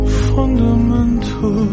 fundamental